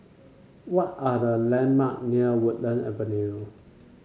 what are the landmark near Woodland Avenue